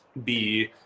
be